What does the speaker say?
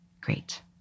Great